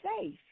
safe